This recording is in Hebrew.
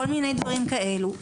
כל מיני דברים כאלו,